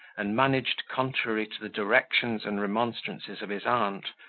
and managed contrary to the directions and remonstrances of his aunt,